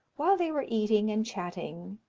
while they were eating and chatting,